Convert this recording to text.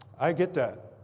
i get that.